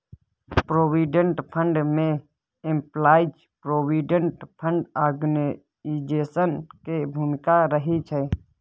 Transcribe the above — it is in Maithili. प्रोविडेंट फंड में एम्पलाइज प्रोविडेंट फंड ऑर्गेनाइजेशन के भूमिका रहइ छइ